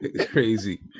crazy